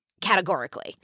categorically